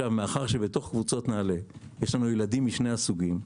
מאחר שבתוך קבוצות נעל"ה יש לנו ילדים משני הסוגים,